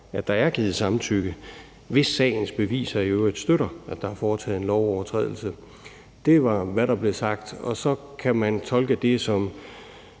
at der er givet samtykke, hvis sagens beviser i øvrigt støtter, at der er foretaget en lovovertrædelse.« Det var, hvad der blev sagt, og så kan man tolke det som